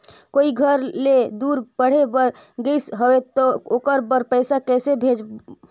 कोई घर ले दूर पढ़े बर गाईस हवे तो ओकर बर पइसा कइसे भेजब?